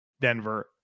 Denver